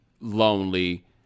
lonely